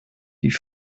die